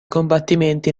combattimenti